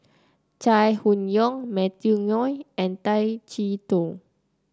Chai Hon Yoong Matthew Ngui and Tay Chee Toh